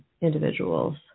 individuals